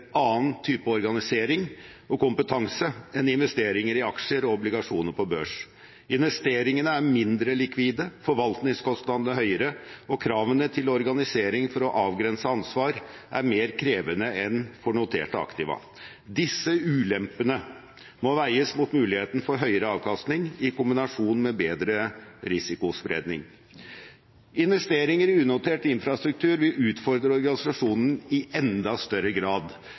annen type organisering og kompetanse enn investeringer i aksjer og obligasjoner på børs. Investeringene er mindre likvide, forvaltningskostnadene høyere og kravene til organisering for å avgrense ansvar mer krevende enn for noterte aktiva. Disse «ulempene» må veies mot muligheten for høyere avkastning i kombinasjon med bedre risikospredning. Investeringer i unotert infrastruktur vil utfordre organisasjonen i enda større grad,